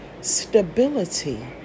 stability